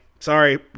Sorry